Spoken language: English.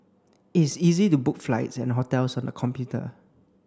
it's easy to book flights and hotels on the computer